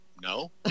no